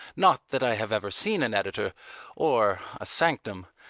not that i have ever seen an editor or a sanctum.